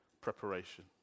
preparation